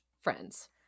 friends